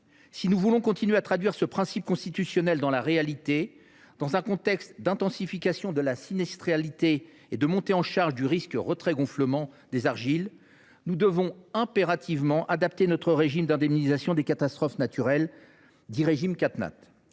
Si nous voulons continuer à honorer ce principe constitutionnel, dans un contexte d’intensification de la sinistralité et de montée en charge du risque retrait gonflement des argiles, nous devons impérativement adapter notre régime d’indemnisation des catastrophes naturelles. C’est